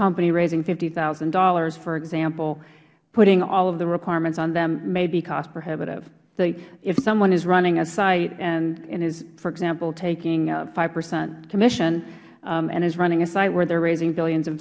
company raising fifty thousand dollars for example putting all of the requirements on them may be cost prohibitive so if someone is running a site and is for example taking hpercent commission and is running a site where they're raising billions of